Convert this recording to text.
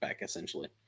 essentially